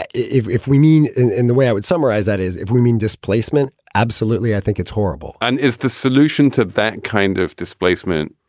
if if we mean in the way i would summarize that is if we mean displacement. absolutely. i think it's horrible and is the solution to that kind of displacement?